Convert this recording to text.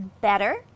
better